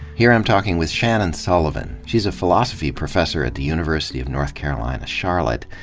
here i'm ta lking with shannon sullivan. she's a philosophy professor at the university of north carolina-charlotte.